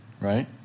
Right